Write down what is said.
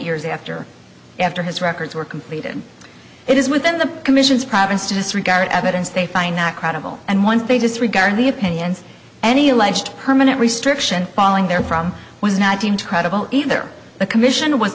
years after after his records were completed it is within the commission's province to disregard evidence they find not credible and once they disregard the opinions any alleged permanent restriction falling therefrom was nine hundred credible either the commission was